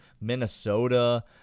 Minnesota